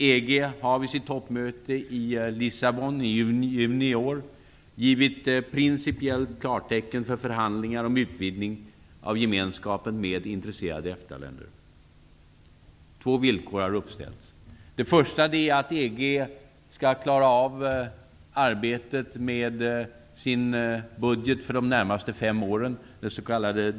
EG har vid sitt toppmöte i Lissabon i juni i år givit principiellt klartecken för förhandlingar om utvidgning av Gemenskapen med intresserade EFTA-länder. Två villkor har uppställts. Det första villkoret är att EG skall klara av arbetet med budgeten för de närmaste fem åren, det s.k.